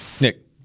Nick